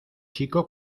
chico